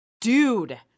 dude